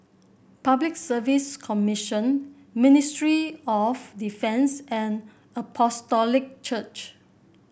Public Service Commission Ministry of Defence and Apostolic Church